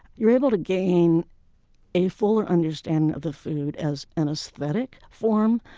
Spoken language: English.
you're able to gain a fuller understanding of the food as an aesthetic form,